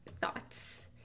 thoughts